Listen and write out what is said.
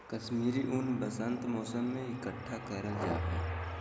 कश्मीरी ऊन वसंत मौसम में इकट्ठा करल जा हय